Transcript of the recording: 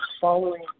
following